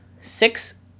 Six